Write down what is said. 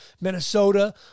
Minnesota